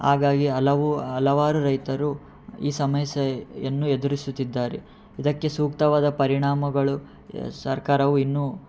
ಹಾಗಾಗಿ ಹಲವು ಹಲವಾರು ರೈತರು ಈ ಸಮಸ್ಯೆಯನ್ನು ಎದುರಿಸುತ್ತಿದ್ದಾರೆ ಇದಕ್ಕೆ ಸೂಕ್ತವಾದ ಪರಿಣಾಮಗಳು ಸರ್ಕಾರವು ಇನ್ನೂ